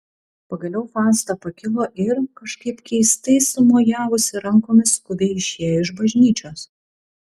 pagaliau fausta pakilo ir kažkaip keistai sumojavusi rankomis skubiai išėjo iš bažnyčios